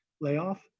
layoff